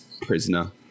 prisoner